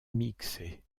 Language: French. mixe